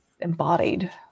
embodied